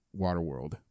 Waterworld